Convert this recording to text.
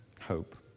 Hope